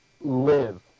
live